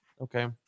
okay